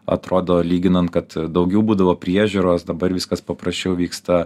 atrodo lyginant kad daugiau būdavo priežiūros dabar viskas paprasčiau vyksta